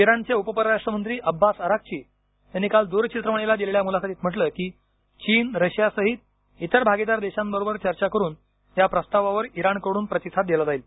इराणचे उपपरराष्ट्रमंत्री Abbas Araghchi यांनी काल दूरचित्रवाणीला दिलेल्या मुलाखतीत म्हंटले आहे की चीन रशिया सहित इतर भागीदार देशांबरोबर चर्चा करून या प्रस्तावावर इराणकडून प्रतिसाद दिला जाईल